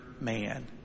man